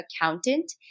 accountant